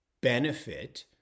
benefit